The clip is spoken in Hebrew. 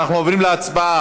אנחנו עוברים להצבעה